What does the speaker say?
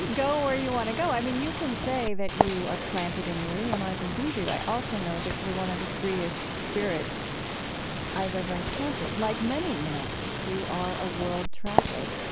go where you want to go. i mean, you can say that you are planted in erie, and i believe you. i also know that you're one of the freest spirits i've ever encountered. like many monastics, you are a world traveler.